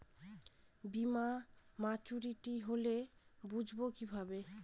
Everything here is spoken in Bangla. বীমা মাচুরিটি হলে বুঝবো কিভাবে?